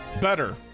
Better